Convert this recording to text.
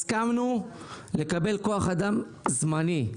הסכמנו לקבל כוח אדם זמני.